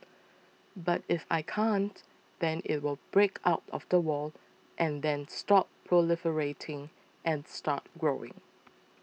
but if I can't then it will break out of the wall and then stop proliferating and start growing